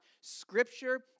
scripture